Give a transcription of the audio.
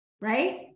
Right